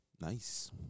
Nice